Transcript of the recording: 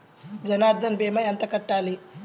జన్ధన్ భీమా ఎంత కట్టాలి?